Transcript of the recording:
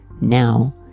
Now